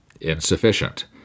insufficient